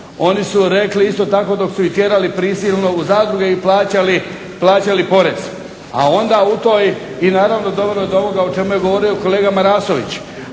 Oni su rekli isto tako dok su ih tjerali prisilno u zadruge i plaćali porez, a onda u toj i naravno dovelo je do ovoga o čemu je govorio kolega Marasović.